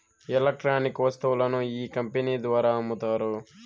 electronic వస్తువులను ఈ company ద్వారా అమ్ముతారు